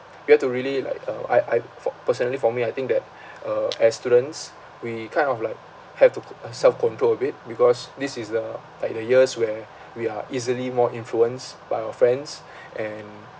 you have to really like uh I I for personally for me I think that uh as students we kind of like have to put uh self control a bit because this is the like the years where we are easily more influenced by our friends and